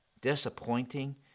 Disappointing